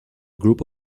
group